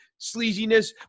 sleaziness